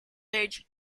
age